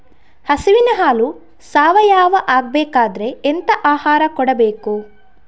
ಹಸುವಿನ ಹಾಲು ಸಾವಯಾವ ಆಗ್ಬೇಕಾದ್ರೆ ಎಂತ ಆಹಾರ ಕೊಡಬೇಕು?